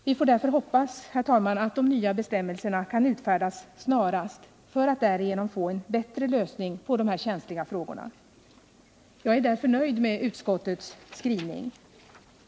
Vi får därför hoppas, herr talman, att de nya bestämmelserna kan utfärdas snarast så att vi därigenom kan få en bättre lösning på dessa känsliga frågor. Jag är därför nöjd med utskottets skrivning.